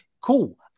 Cool